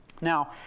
Now